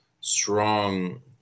strong